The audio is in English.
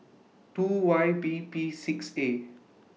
two Y B P six A